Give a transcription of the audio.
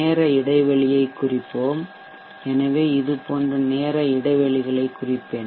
நேர இடைவெளிகளைக் குறிப்போம் எனவே இது போன்ற நேர இடைவெளிகளைக் குறிப்பேன்